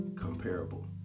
comparable